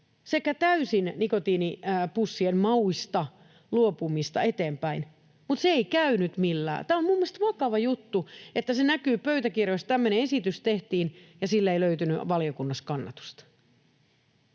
sekä täysin nikotiinipussien mauista luopumista eteenpäin, mutta se ei käynyt millään. Tämä on minun mielestäni vakava juttu — se näkyy pöytäkirjoista, että tämmöinen esitys tehtiin ja sille ei löytynyt valiokunnassa kannatusta.